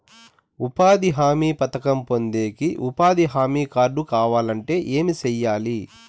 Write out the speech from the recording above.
ఉపాధి హామీ పథకం పొందేకి ఉపాధి హామీ కార్డు కావాలంటే ఏమి సెయ్యాలి?